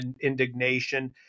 indignation